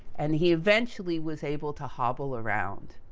and, he eventually was able to hobble around.